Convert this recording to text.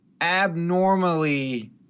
abnormally